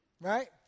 Right